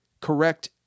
correct